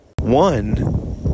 One